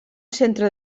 centre